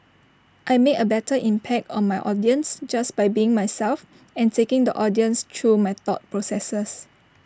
I make A better impact on my audience just by being myself and taking the audience through my thought processes